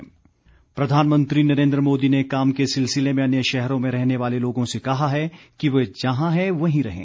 appeal प्रधानमंत्री नरेन्द्र मोदी ने काम के सिलसिले में अन्य शहरों में रहने वाले लोगों से कहा है कि वे जहां हैं वहीं रहें